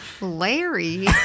Larry